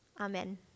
Amen